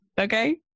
okay